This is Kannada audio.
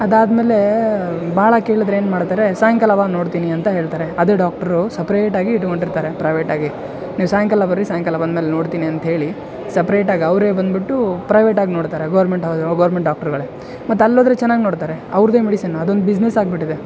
ಅದಾದಮೇಲೆ ಭಾಳ ಕೇಳಿದ್ರೆ ಏನು ಮಾಡ್ತಾರೆ ಸಾಯಂಕಾಲ ಬಾ ನೋಡ್ತೀನಿ ಅಂತ ಹೇಳ್ತಾರೆ ಅದೇ ಡಾಕ್ಟ್ರು ಸಪ್ರೇಟಾಗಿ ಇಟ್ಕೊಂಡಿರ್ತಾರೆ ಪ್ರೈವೇಟಾಗಿ ನೀವು ಸಾಯಂಕಾಲ ಬರ್ರಿ ಸಾಯಂಕಾಲ ಬಂದಮೇಲೆ ನೋಡ್ತೀನಿ ಅಂಥೇಳಿ ಸಪ್ರೇಟಾಗಿ ಅವ್ರಿಗೆ ಬಂದ್ಬಿಟ್ಟು ಪ್ರೈವೇಟಾಗಿ ನೋಡ್ತಾರೆ ಗೌರ್ಮೆಂಟ್ ಗೌರ್ಮೆಂಟ್ ಡಾಕ್ಟ್ರ್ಗಳೇ ಮತ್ತೆ ಅಲ್ಲಿ ಹೋದ್ರೆ ಚೆನ್ನಾಗಿ ನೋಡ್ತಾರೆ ಅವ್ರದ್ದೇ ಮೆಡಿಸನ್ನು ಅದೊಂದು ಬಿಸಿನೆಸ್ ಆಗಿಬಿಟ್ಟಿದೆ